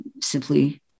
simply